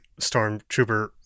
stormtrooper